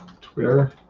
Twitter